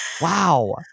wow